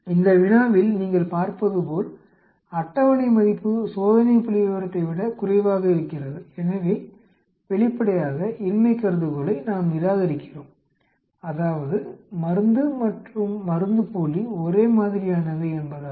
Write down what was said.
இந்த வினாவில்நீங்கள் பார்ப்பதுபோல் அட்டவணை மதிப்பு சோதனை புள்ளிவிவரத்தை விட குறைவாக இருகிறது எனவே வெளிப்படையாக இன்மை கருதுகோளை நாம் நிராகரிக்கிறோம் அதாவது மருந்து மற்றும் மருந்துப்போலி ஒரே மாதிரியானவை என்பதாகும்